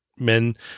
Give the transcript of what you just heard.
Men